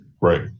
right